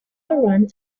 run